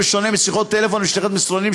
בשונה משיחות טלפון ושליחת מסרונים,